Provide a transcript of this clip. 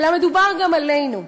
אלא מדובר גם עלינו,